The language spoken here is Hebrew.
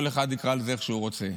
שכל אחד יקרא לזה איך שהוא רוצה.